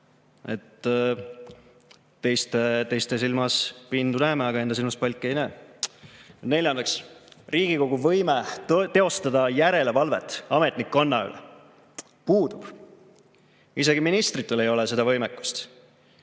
Teiste silmas pindu näeme, aga enda silmas palki ei näe. Neljandaks, Riigikogu võime teostada järelevalvet ametnikkonna üle puudub. Isegi ministritel ei ole seda võimekust.